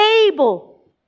able